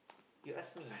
you ask me